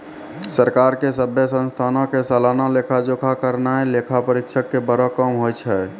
सरकार के सभ्भे संस्थानो के सलाना लेखा जोखा करनाय लेखा परीक्षक के बड़ो काम होय छै